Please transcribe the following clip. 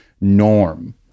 norm